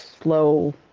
slow